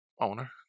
owner